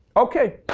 okay.